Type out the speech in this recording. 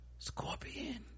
Scorpion